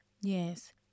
Yes